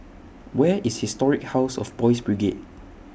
Where IS Historic House of Boys' Brigade